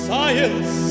Science